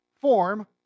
form